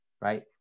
right